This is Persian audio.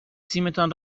تیمتان